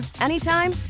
anytime